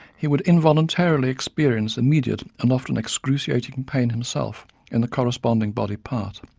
he would involuntarily experience immediate and often excruciating pain himself in the corresponding body part.